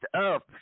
up